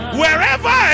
wherever